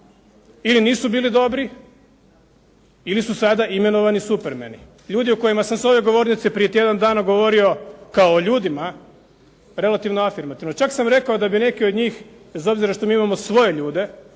Ili nisu bili dobri ili su sada imenovani "supermeni". Ljudi o kojima sam s ove govornice prije tjedan dana govorio kao o ljudima, relativno afirmativno, čak sam rekao da bi neki od njih, bez obzira što mi imamo svoje ljude,